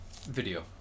Video